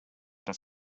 das